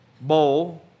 bowl